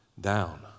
down